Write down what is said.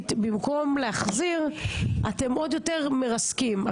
במקום להחזיר אתם עוד יותר מרסקים.